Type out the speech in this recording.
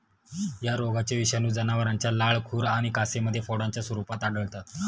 या रोगाचे विषाणू जनावरांच्या लाळ, खुर आणि कासेमध्ये फोडांच्या स्वरूपात आढळतात